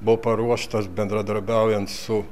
buvo paruoštas bendradarbiaujant su